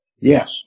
Yes